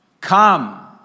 come